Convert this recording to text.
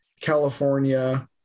California